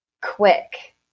quick